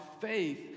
faith